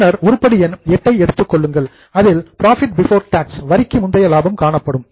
பின்னர் உருப்படி எண் VIII ஐ எடுத்துக்கொள்ளுங்கள் அதில் புரோஃபிட் பிஃபோர் டாக்ஸ் வரிக்கு முந்தைய லாபம் காணப்படும்